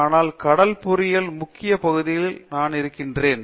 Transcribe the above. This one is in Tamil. ஆனால் கடல் பொறியியலின் முக்கிய பகுதியிலேயே நான் இருக்கிறேன்